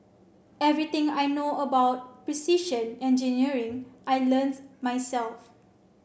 everything I know about precision engineering I learnt myself